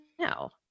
no